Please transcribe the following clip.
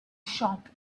shop